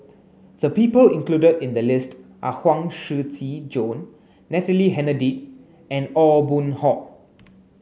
the people included in the list are Huang Shiqi Joan Natalie Hennedige and Aw Boon Haw